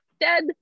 dead